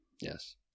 Yes